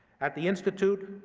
at the institute,